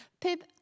pip